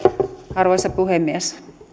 arvoisa puhemies